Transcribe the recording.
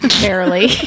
Barely